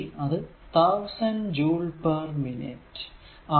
അത് 1000 joule per minute ആണ്